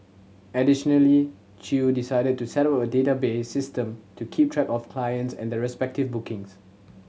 additionally Chew decided to settle a database system to keep track of clients and their respective bookings